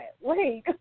Wait